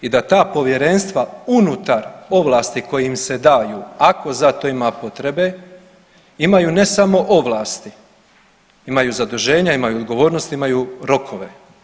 I da ta povjerenstva unutar ovlasti koje im se daju ako za to ima potrebe imaju ne samo ovlasti, imaju zaduženja, imaju odgovornost, imaju rokove.